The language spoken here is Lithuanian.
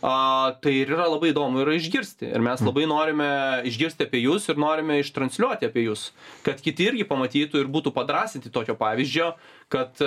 a tai ir yra labai įdomu yra išgirsti ir mes labai norime išgirsti apie jus ir norime iš transliuoti apie jus kad kiti irgi pamatytų ir būtų padrąsinti tokio pavyzdžio kad